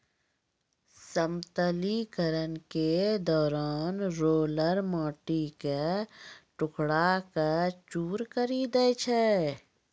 समतलीकरण के दौरान रोलर माटी क टुकड़ा क चूर करी दै छै